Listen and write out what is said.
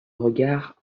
regard